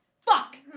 fuck